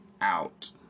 out